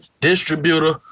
distributor